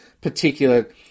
particular